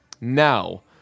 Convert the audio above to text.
now